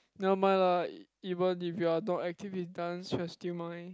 never mind lah even if you are not active in dance you're still mine